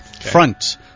front